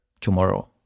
tomorrow